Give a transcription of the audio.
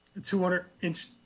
200-inch